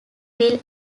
will